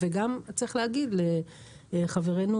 צריך להגיד תודה גם לחברינו